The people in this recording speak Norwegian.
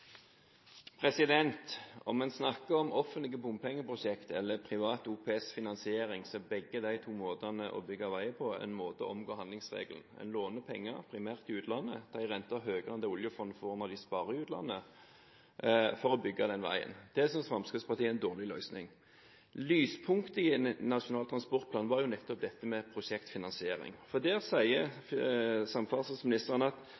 en snakker om offentlige bompengeprosjekter eller privat OPS-finansiering, er begge de to måtene å bygge veier på en måte å omgå handlingsregelen. En låner penger, primært i utlandet, til en rente som er høyere enn det oljefondet får når det sparer i utlandet, for å bygge den veien. Det synes Fremskrittspartiet er en dårlig løsning. Lyspunktet i Nasjonal transportplan var nettopp dette med prosjektfinansiering. Der sier samferdselsministeren at